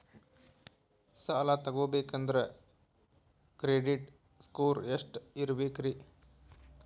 ಸಾಲ ತಗೋಬೇಕಂದ್ರ credit score ಎಷ್ಟ ಇರಬೇಕ್ರಿ?